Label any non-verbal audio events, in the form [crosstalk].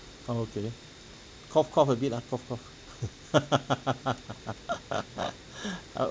ah okay cough cough a bit ah cough cough [laughs]